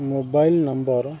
mobile number